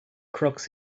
crooks